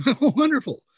wonderful